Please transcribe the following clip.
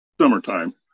Summertime